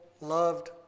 loved